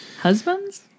Husbands